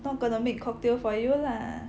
not gonna make cocktail for you lah